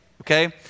Okay